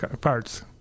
parts